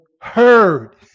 heard